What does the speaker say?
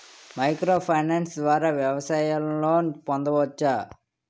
Micro finance ద్వారా వ్యవసాయ loan పొందవచ్చా?